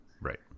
Right